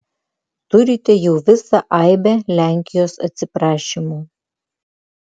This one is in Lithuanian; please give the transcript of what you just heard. turite jau visą aibę lenkijos atsiprašymų